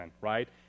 right